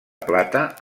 plata